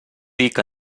dic